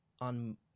on